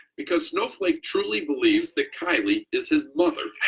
because snowflake truly believes that kylie is his mother.